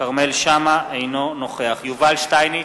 אינו נוכח יובל שטייניץ,